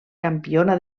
campiona